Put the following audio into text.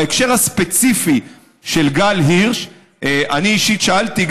בהקשר הספציפי של גל הירש אני אישית שאלתי,